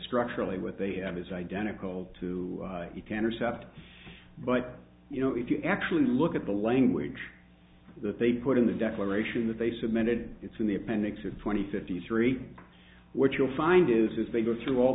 structurally what they have is identical to you can or sap but you know if you actually look at the language that they put in the declaration that they submitted it's in the appendix of twenty fifty three what you'll find is as they go through all